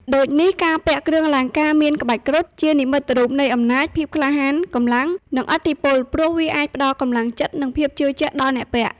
ដូចនេះការពាក់គ្រឿងអលង្ការមានក្បាច់គ្រុឌ ជានិមិត្តរូបនៃ អំណាច ភាពក្លាហាន កម្លាំង និង ឥទ្ធិពល ព្រោះវាអាចផ្តល់កម្លាំងចិត្ត និងភាពជឿជាក់ដល់អ្នកពាក់។